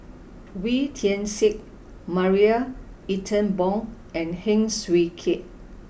Wee Tian Siak Marie Ethel Bong and Heng Swee Keat